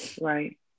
right